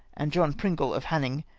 and john pringle, of haining,